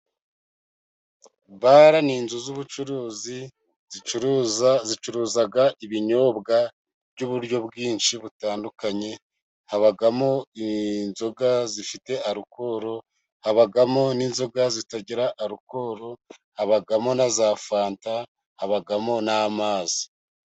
Bara ni inzu z'ubucuruzi zicuruza ibinyobwa by'uburyo bwinshi butandukanye: habamo inzoga zifite arukoro, habamo n'inzoga zitagira arukoro, habagamo na za fanta, habamo n'amazi.